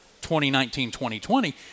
2019-2020